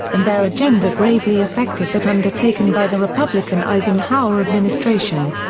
and their agenda gravely affected that undertaken by the republican eisenhower administration.